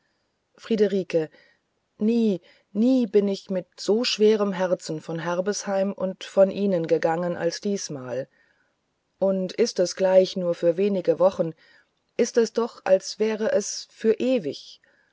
friederike nie nie bin ich mit so schwerem herzen von herbesheim und von ihnen gegangen als diesmal und ist es gleich nur für wenige wochen ist es doch als wäre es für ewig